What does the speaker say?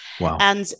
Wow